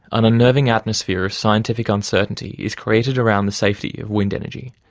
an unnerving atmosphere of scientific uncertainty is created around the safety of wind energy.